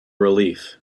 relief